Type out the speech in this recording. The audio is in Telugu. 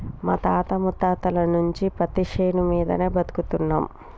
మా తాత ముత్తాతల నుంచి పత్తిశేను మీదనే బతుకుతున్నం